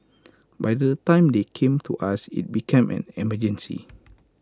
by the time they came to us IT has become an emergency